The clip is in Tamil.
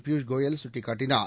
பியூஷ் கோயல் சுட்டிக் காட்டினார்